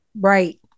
Right